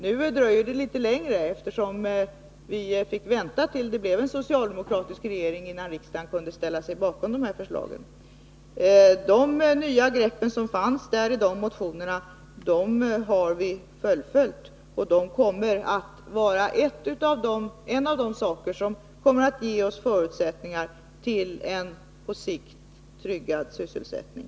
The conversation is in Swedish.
Nu dröjer det litet längre, eftersom vi fick vänta tills det blev en socialdemokratisk regering innan riksdagen kunde ställa sig bakom förslagen. De förslag om nya grepp som fördes fram i dessa motioner har vi fullföljt, och bl.a. dessa åtgärder kommer att ge oss förutsättningar för en på sikt tryggad sysselsättning.